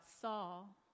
Saul